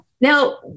Now